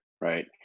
right